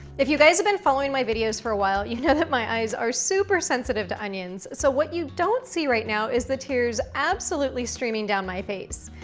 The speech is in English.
if you guys have been following my videos for a while, you know that my eyes are super sensitive to onions. so what you don't see right now is the tears absolutely streaming down my face.